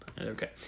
Okay